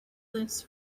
this